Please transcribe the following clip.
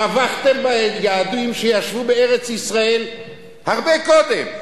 טבחתם ביהודים שישבו בארץ-ישראל הרבה קודם.